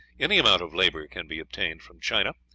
any amount of labor can be obtained from china,